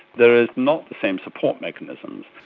there are not the same support mechanisms.